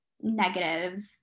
negative